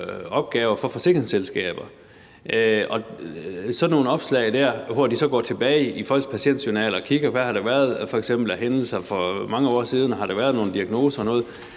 opgaver for forsikringsselskaber, og så foretager de nogle opslag, hvor de går tilbage i folks patientjournaler og ser på, hvad der f.eks. har været af hændelser for mange år siden, om der har været nogle diagnoser eller noget